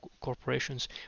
corporations